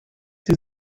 sie